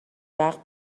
وقت